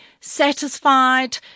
satisfied